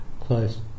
close